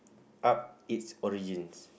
up its origins